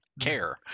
care